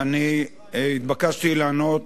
אני התבקשתי לענות